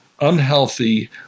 unhealthy